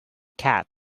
cat